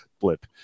blip